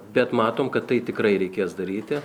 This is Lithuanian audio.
bet matom kad tai tikrai reikės daryti